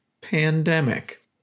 pandemic